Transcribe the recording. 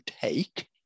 take